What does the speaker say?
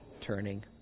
turning